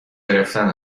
گرفتن